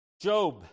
Job